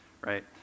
right